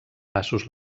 passos